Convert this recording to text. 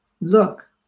Look